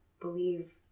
believe